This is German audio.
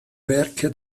werke